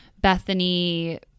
bethany